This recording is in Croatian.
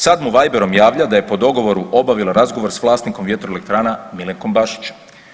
Sad mu viberom javlja da je po dogovoru obavila razgovor s vlasnikom vjetroelektrana Milenkom Bašićem.